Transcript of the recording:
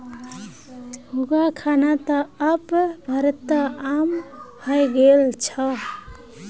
घोंघा खाना त अब भारतत आम हइ गेल छ